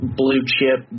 blue-chip